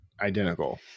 identical